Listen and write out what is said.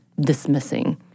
dismissing